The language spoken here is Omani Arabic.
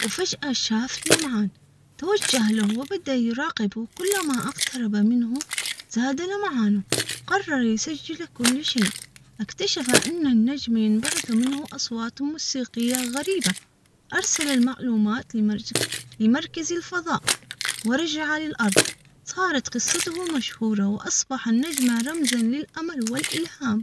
و فجأة شاف لمعان توجه له و بدا يراقبه كل ما أقترب منه زاد لمعانه قرر يسجل كل شيء إكتشف إن النجم ينبعث منه أصوات موسيقية غريبة أرسل المعلومات لمركز الفضاء ورجع للأرض صار.